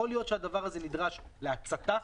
יכול להיות שהדבר הזה נדרש להצתה.